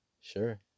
sure